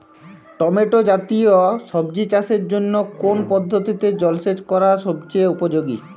Tomato জাতীয় সবজি চাষের জন্য কোন পদ্ধতিতে জলসেচ করা সবচেয়ে উপযোগী?